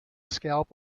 scalp